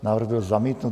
Návrh byl zamítnut.